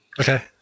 Okay